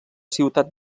ciutat